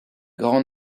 grand